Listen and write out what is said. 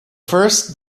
first